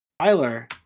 Tyler